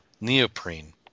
neoprene